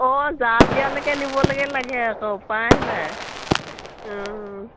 অঁ জাল দিয়ালৈকে নিবলৈকে লাগে আকৌ উপায় নাই